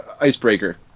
icebreaker